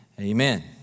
amen